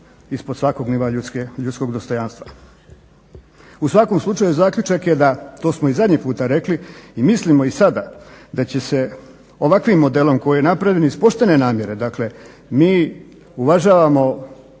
ispod svakog nivoa ljudskog dostojanstva. U svakom slučaju zaključak je, to smo i zadnji puta rekli i mislimo i sada da će se ovakvim modelom koji je napravljen iz poštene namjere, dakle mi uvažavamo